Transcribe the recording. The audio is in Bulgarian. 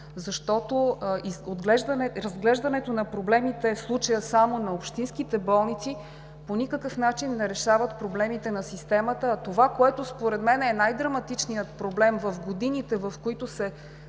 защото разглеждането на проблемите, в случая само на общинските болници, по никакъв начин не решават проблемите на системата. Това, което според мен е най-драматичният проблем в годините, в които се